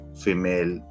female